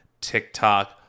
TikTok